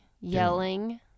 yelling